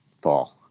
Paul